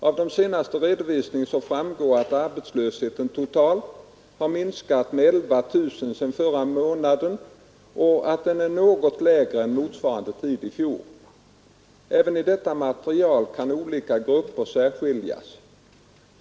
Av den senaste redovisningen framgår att arbetslösheten totalt har minskat med 11000 sedan förra månaden och att den är något lägre än motsvarande tid i fjol. Även i detta material kan olika grupper särskiljas.